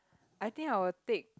I think I will take